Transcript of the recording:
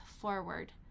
forward